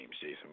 Jason